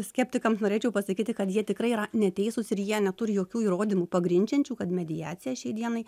skeptikams norėčiau pasakyti kad jie tikrai yra neteisūs ir jie neturi jokių įrodymų pagrindžiančių kad mediacija šiai dienai